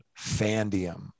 Fandium